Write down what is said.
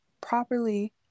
properly